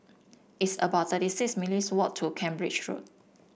it's about thirty six minutes' walk to Cambridge Road